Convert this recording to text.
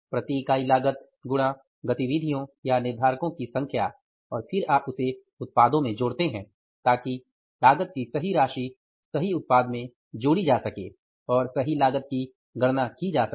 प्रति इकाई लागत गुणा गतिविधियों या निर्धारकों की संख्या और फिर आप उसे उत्पादों में जोड़ते हैं ताकि लागत की सही राशि सही उत्पाद में जोडी जा सके और सही लागत की गणना की जा सके